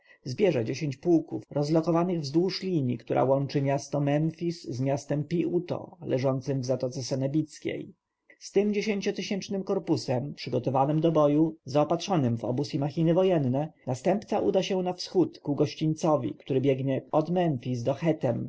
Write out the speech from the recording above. zbierze dziesięć pułków rozlokowanych wzdłuż linji która łączy miasto memfis z miastem pi-uto leżącem w zatoce sebenickiej z tym dziesięciotysięcznym korpusem przygotowanym do boju zaopatrzonym w obóz i machiny wojenne następca uda się na wschód ku gościńcowi który biegnie od memfis do chetem